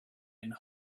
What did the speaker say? and